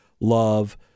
love